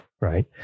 Right